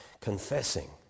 confessing